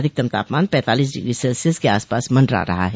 अधिकतम तापमान पैंतालीस डिग्री सेल्सियस के आसपास मडरा रहा है